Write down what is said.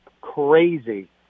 crazy